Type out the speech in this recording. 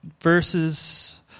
Verses